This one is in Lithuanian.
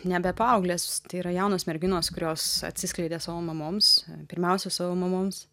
nebe paauglės tai yra jaunos merginos kurios atsiskleidė savo mamoms pirmiausia savo mamoms